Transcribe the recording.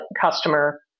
customer